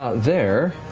ah there.